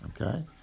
Okay